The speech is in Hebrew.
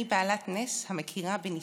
אני בעלת נס המכירה בניסה.